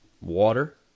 water